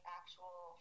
actual